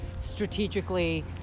strategically